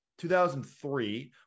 2003